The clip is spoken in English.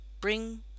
bring